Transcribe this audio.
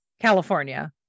California